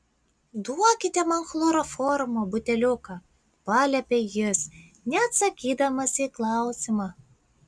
duokite man chloroformo buteliuką paliepė jis neatsakydamas į klausimą